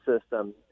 system